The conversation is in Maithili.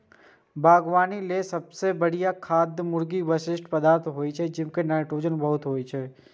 बागवानी लेल सबसं बढ़िया खाद मुर्गीक अवशिष्ट पदार्थ होइ छै, जइमे नाइट्रोजन बहुत होइ छै